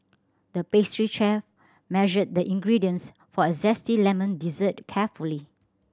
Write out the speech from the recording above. the pastry chef measured the ingredients for a zesty lemon dessert carefully